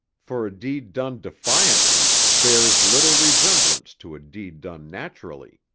for a deed done defiantly bears little resemblance to a deed done naturally.